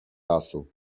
lasu